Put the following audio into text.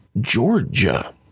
Georgia